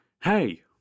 hey